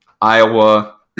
Iowa